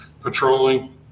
patrolling